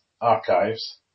archives